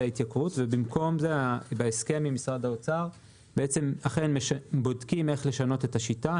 במקום זה בודקים עם משרד האוצר איך לשנות את השיטה.